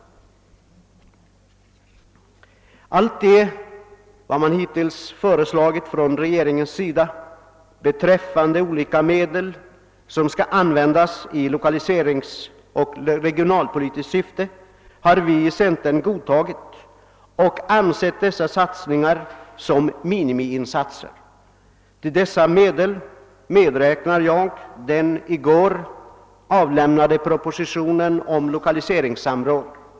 Allt som regeringen hittills har föreslagit såsom medel att användas i lokaliseringsoch regionalpolitiskt syfte har vi i centern godtagit, även om vi ansett dessa satsningar vara att minimum. Till dessa medel räknar jag det lokaliseringssamråd som föreslås i den under gårdagen avlämnade propositionen.